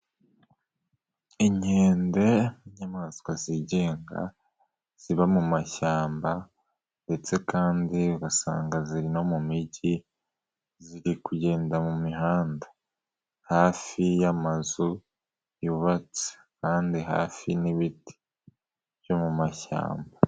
Inkende ni inyamaswa zigenga, ziba mashyamba ndetse kandi ugasanga ziri no mu mijyi, ziri kugenda mu mihanda, hafi y'amazu yubatse kandi hafi n'ibiti byo mu mashyamba.